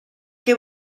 que